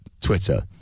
Twitter